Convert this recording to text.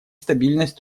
стабильность